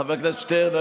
חבר הכנסת שטרן,